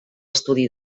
estudi